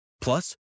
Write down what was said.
Plus